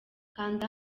kanda